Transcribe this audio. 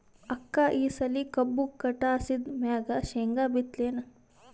ಅಕ್ಕ ಈ ಸಲಿ ಕಬ್ಬು ಕಟಾಸಿದ್ ಮ್ಯಾಗ, ಶೇಂಗಾ ಬಿತ್ತಲೇನು?